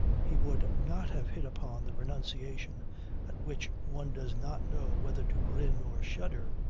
he would not have hit upon that renunciation at which one does not know whether to grin or shudder.